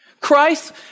Christ